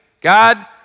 God